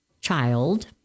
child